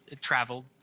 traveled